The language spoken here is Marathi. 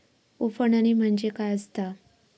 उफणणी म्हणजे काय असतां?